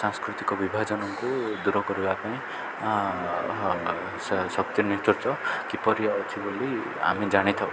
ସାଂସ୍କୃତିକ ବିଭାଜନଙ୍କୁ ଦୂର କରିବା ପାଇଁ ଶକ୍ତି ନେତୃତ୍ୱ କିପରି ଅଛି ବୋଲି ଆମେ ଜାଣିଥାଉ